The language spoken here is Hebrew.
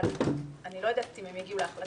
אבל אני לא יודע אם יגיעו להחלטה,